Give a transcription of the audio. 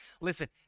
Listen